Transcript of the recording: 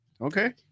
Okay